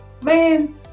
man